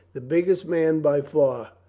the biggest man by far,